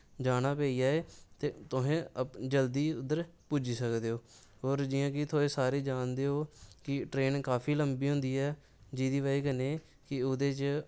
जाना पेई जाए ते तोहे जल्दी उद्धर पुज्जी सकदे ओ और जि'यां कि सारे जानदे ओ की ट्रेन काफी लम्बी होंदी ऐ जेह्दी वजह् कन्नै ओह्दे च